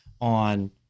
on